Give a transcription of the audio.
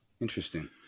interesting